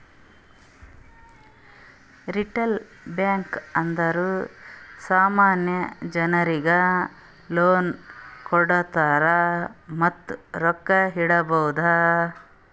retail bank ಅಂದುರ್ ಸಾಮಾನ್ಯ ಜನರಿಗ್ ಲೋನ್ ಕೊಡ್ತಾರ್ ಮತ್ತ ರೊಕ್ಕಾ ಇಡ್ಬೋದ್